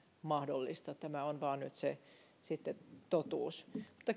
mahdollista tämä nyt vain on se totuus